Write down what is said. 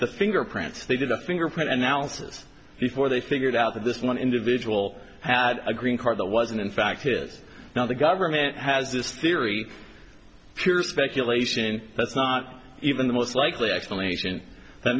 fingerprint they did a fingerprint analysis before they figured out that this one individual had a green card that wasn't in fact is now the government has this theory pure speculation that's not even the most likely explanation that